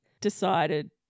decided